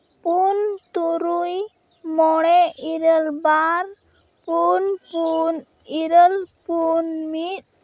ᱯᱩᱱ ᱛᱩᱨᱩᱭ ᱢᱚᱬᱮ ᱤᱨᱟᱹᱞ ᱵᱟᱨ ᱯᱩᱱ ᱯᱩᱱ ᱤᱨᱟᱹᱞ ᱯᱩᱱ ᱢᱤᱫ